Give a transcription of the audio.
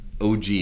OG